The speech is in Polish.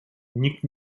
nikt